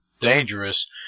dangerous